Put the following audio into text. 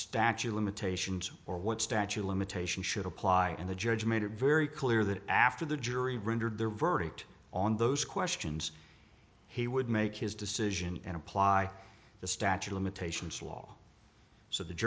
statue limitations or what statute limitations should apply and the judge made it very clear that after the jury rendered their verdict on those questions he would make his decision and apply the statue limitations law so the